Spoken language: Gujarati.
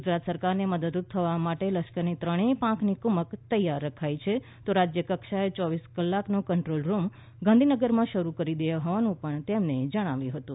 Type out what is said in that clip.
ગુજરાત સરકારને મદદરૂપ થવા માટે લશ્કરની ત્રણેય પાંખની કુમક તૈયાર રખાઈ છે તો રાજ્યકક્ષાનો ચોવીસ કલાકનો કંટ્રોલરૂમ ગાંધીનગરમાં શરૂ કરી દેવાયો હોવાનું તેમણે જણાવ્યુ હતું